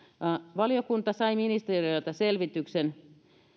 valiokunta sai ministeriöltä selvityksen